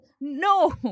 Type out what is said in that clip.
no